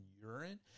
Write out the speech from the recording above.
urine